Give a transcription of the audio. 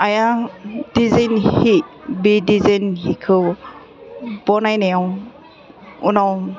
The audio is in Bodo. आइया दिजेन हि बे दिजेन हिखौ बनायनायाव उनाव